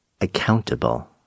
accountable